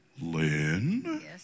Lynn